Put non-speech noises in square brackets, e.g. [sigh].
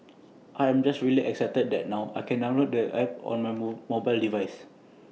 I am just really excited that now I can download the app on my [unintelligible] mobile devices